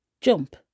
jump